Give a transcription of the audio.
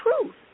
truth